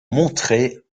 montrait